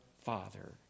Father